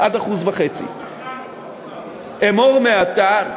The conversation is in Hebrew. עד 1.5%. אמור מעתה: